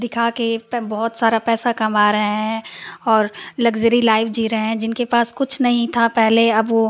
दिखाकर बहुत सारा पैसा कमा रहे हैं और लग्ज़री लाइफ़ जी रहे हैं जिनके पास कुछ नहीं था पहले अब वह